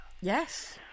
Yes